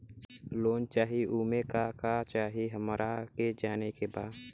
Loan चाही उमे का का चाही हमरा के जाने के बा?